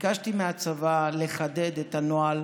ביקשתי מהצבא לחדד את הנוהל,